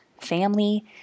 family